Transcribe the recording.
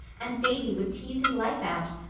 and davy would tease his life out.